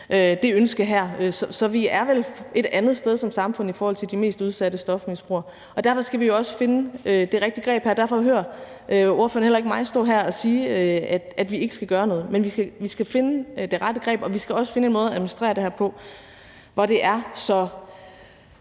det ønske her. Så vi er vel et andet sted som samfund i forhold til de mest udsatte stofmisbrugere. Derfor skal vi jo også finde det rigtige greb her, og derfor hører ordføreren heller ikke mig stå her og sige, at vi ikke skal gøre noget, men vi skal finde det rette greb, og vi skal også finde en måde at administrere det her på, hvor det er lige